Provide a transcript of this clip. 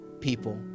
people